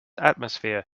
atmosphere